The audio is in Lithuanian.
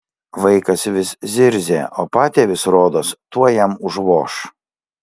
vaikas vis zirzė o patėvis rodos tuoj jam užvoš